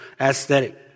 aesthetic